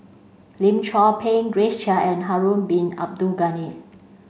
Lim Chor Pee Grace Chia and Harun bin Abdul Ghani